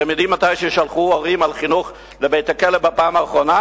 אתם יודעים מתי שלחו הורים על חינוך לבית-הכלא בפעם האחרונה?